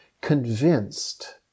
convinced